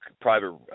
private